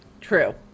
True